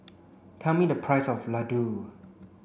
tell me the price of Ladoo